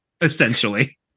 essentially